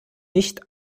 nicht